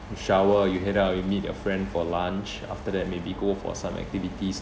you shower you head out you meet your friend for lunch after that maybe go for some activities